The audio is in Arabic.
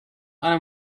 أنا